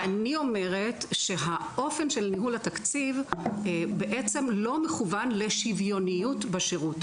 ואני אומרת שהאופן של ניהול התקציב בעצם לא מכוון לשוויוניות בשירות,